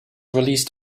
released